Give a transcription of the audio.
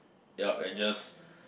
yep and just